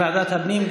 לוועדת הפנים.